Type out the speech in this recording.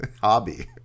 hobby